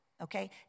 Okay